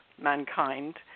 mankind